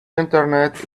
internet